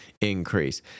increase